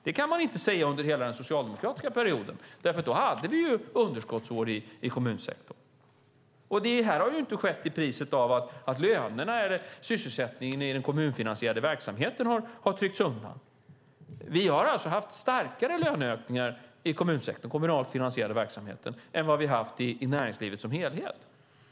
Det kan man inte säga att de var under hela den socialdemokratiska perioden. Då hade vi underskottsår i kommunsektorn. Det här har inte skett till priset av att lönerna eller sysselsättningen i den kommunfinansierade verksamheten har tryckts undan. Vi har alltså haft starkare löneökningar i den kommunalt finansierade verksamheten än vad vi har haft i näringslivet som helhet.